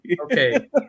Okay